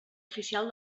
oficial